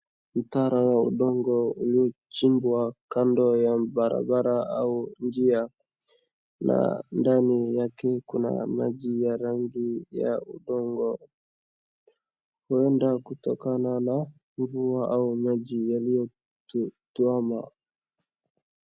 Mtaro wa udongo uliochimbwa kando ya barabara au njia na ndani yake kuna maji ya rangi ya udongo, huenda kutokana na mvua au maji yaliyotuama.